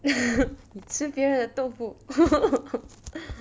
ha 你吃别人的豆腐